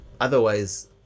otherwise